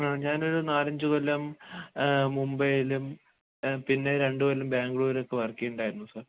ആ ഞാനൊരു നാലഞ്ചു കൊല്ലം മുംബൈയിലും പിന്നെ രണ്ടു കൊല്ലം ബാംഗ്ലൂരൊക്കെ വർക്ക് ചെയ്തിട്ടുണ്ടായിരുന്നു സാർ